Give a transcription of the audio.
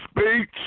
speech